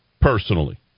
personally